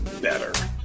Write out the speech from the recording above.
better